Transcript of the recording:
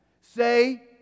Say